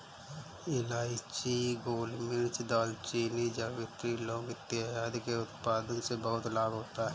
इलायची, गोलमिर्च, दालचीनी, जावित्री, लौंग इत्यादि के उत्पादन से बहुत लाभ होता है